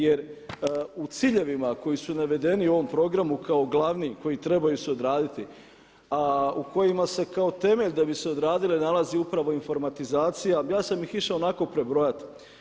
Jer u ciljevima koji su navedeni u ovom programu kao glavni koji trebaju se odraditi u kojima se kao temelj da bi se odradile nalazi upravo informatizacija, ja sam išao onako prebrojati.